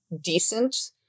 decent